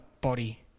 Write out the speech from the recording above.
body